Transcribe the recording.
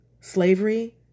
slavery